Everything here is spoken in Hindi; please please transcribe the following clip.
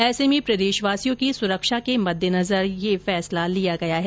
ऐसे में प्रदेशवासिया की सुरक्षा के मद्देनजर ये फैसला लिया गया है